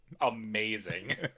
amazing